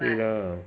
对 lah